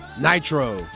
Nitro